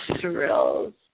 thrills